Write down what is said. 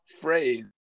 phrase